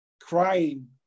crying